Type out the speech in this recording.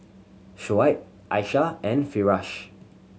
Shoaib Aisyah and Firash